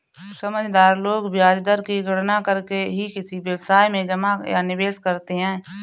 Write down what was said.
समझदार लोग ब्याज दर की गणना करके ही किसी व्यवसाय में जमा या निवेश करते हैं